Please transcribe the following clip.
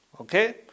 Okay